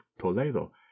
toledo